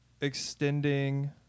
extending